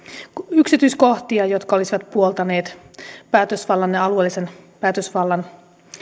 yksityiskohtia jotka olisivat puoltaneet alueellisen päätösvallan